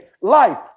Life